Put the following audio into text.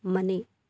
ಮನೆ